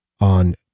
on